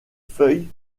feuilles